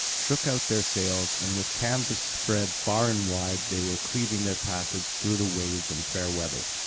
shook out their sails, and with canvas spread far and wide they were cleaving their passage through the waves in fair weather.